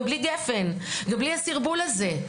גם בלי גפ"ן ובלי הסרבול הזה,